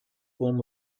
form